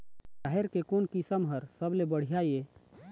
राहेर के कोन किस्म हर सबले बढ़िया ये?